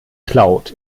cloud